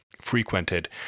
frequented